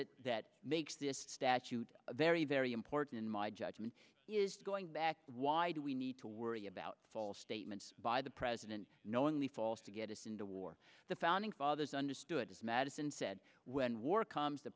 it that makes this statute very very important in my judgment is going back why do we need to worry about false statements by the president knowingly false to get us into war the founding bothers understood as madison said when war comes the